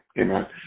Amen